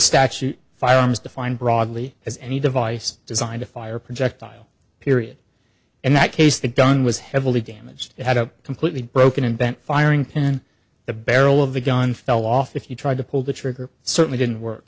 statute firearms defined broadly as any device designed to fire projectile period in that case the gun was heavily damaged it had a completely broken and bent firing pin the barrel of the gun fell off if you tried to pull the trigger certainly didn't work